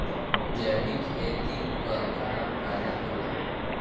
जैविक खेती क का फायदा होला?